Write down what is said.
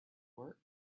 work